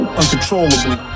uncontrollably